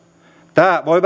tämä voi